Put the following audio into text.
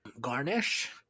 garnish